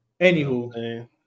anywho